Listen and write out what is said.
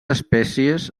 espècies